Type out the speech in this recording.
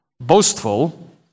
boastful